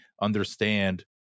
understand